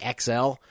XL